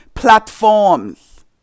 platforms